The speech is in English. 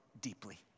deeply